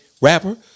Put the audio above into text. rapper